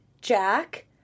Jack